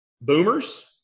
boomers